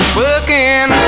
working